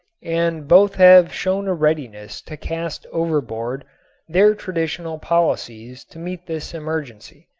and both have shown a readiness to cast overboard their traditional policies to meet this emergency.